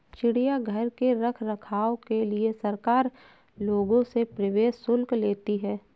चिड़ियाघर के रख रखाव के लिए सरकार लोगों से प्रवेश शुल्क लेती है